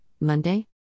Monday